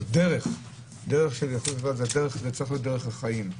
זו צריכה להיות דרך חיים.